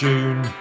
June